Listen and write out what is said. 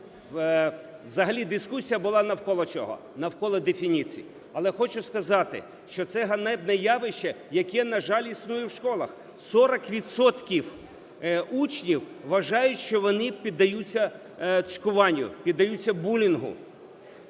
Взагалі дискусія була навколо чого? Навколо дефініцій. Але хочу сказати, що це ганебне явище, яке, на жаль, існує в школах. 40 відсотків учнів вважають, що вони піддаються цькуванню, піддаються булінгу,